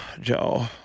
Joe